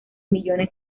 millones